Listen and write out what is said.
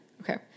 Okay